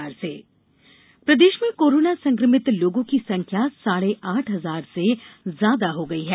corona प्रदेश प्रदेश में कोरोना संक्रमित लोगों की संख्या साढ़े आठ हजार से ज्यादा हो गई है